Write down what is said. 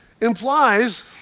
implies